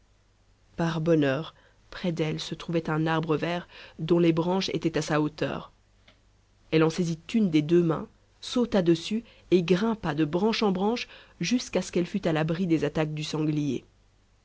par bonheur près d'elle se trouvait un arbre vert dont les branches étaient à sa hauteur elle en saisit une des deux mains sauta dessus et grimpa de branche en branche jusqu'à ce qu'elle fût à l'abri des attaques du sanglier